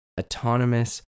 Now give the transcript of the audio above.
autonomous